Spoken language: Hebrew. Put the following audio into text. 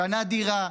קנה דירה,